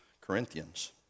Corinthians